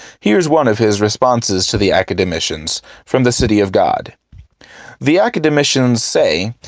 here's one of his responses to the academicians from the city of god the academicians. say,